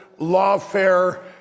lawfare